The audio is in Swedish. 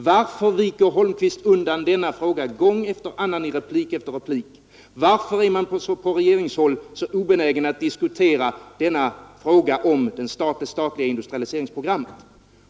Varför viker herr Holmqvist undan från denna fråga gång efter annan i replik efter replik? Varför är man på regeringshåll så obenägen att diskutera frågan om det statliga industrialiseringsprogrammet?